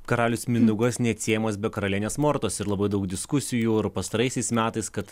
karalius mindaugas neatsiejamos be karalienės mortos ir labai daug diskusijų ir pastaraisiais metais kad